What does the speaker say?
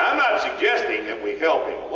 um not suggesting that we help him